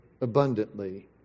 abundantly